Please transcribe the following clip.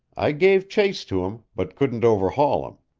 i gave chase to him, but couldn't overhaul him.